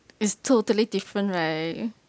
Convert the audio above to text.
it's totally different right